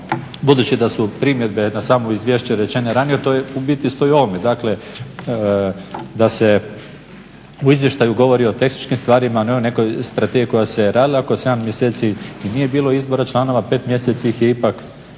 budući da su primjedbe na samo izvješće rečene ranije to u biti stoji i u ovome. Dakle, da se u izvještaju govori o tehničkim stvarima, ne o nekoj strategiji koja se radila. Ako 7 mjeseci nije bilo izbora članova, 5 mjeseci ih je ipak